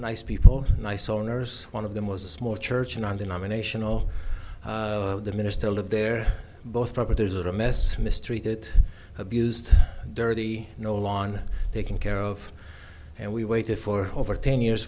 nice people nice owners one of them was a small church nondenominational the minister lived there both proper there's a mess mistreated abused dirty no lawn taken care of and we waited for over ten years